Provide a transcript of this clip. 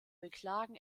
beklagen